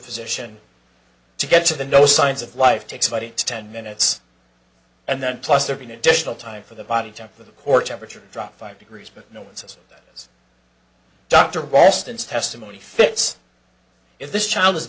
physician to get to the no signs of life takes about eight to ten minutes and then plus there being additional time for the body temp the core temperature drop five degrees but no one says dr boston's testimony fits if this child